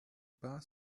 bar